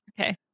Okay